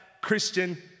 Christian